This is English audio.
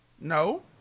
no